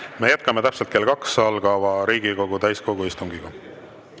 Me jätkame täpselt kell kaks algava Riigikogu täiskogu istungiga.